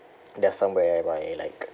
there's some whereby like